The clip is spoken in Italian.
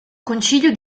concilio